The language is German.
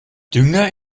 dünger